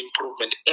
Improvement